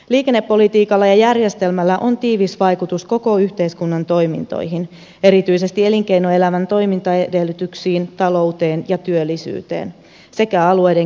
liikennepolitiikalla ja järjestelmällä on tiivis vaikutus koko yhteiskunnan toimintoihin erityisesti elinkeinoelämän toimintaedellytyksiin talouteen ja työllisyyteen sekä alueiden kehittämiseen